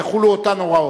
יחולו אותן הוראות.